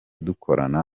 dukorana